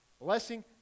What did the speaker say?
Blessing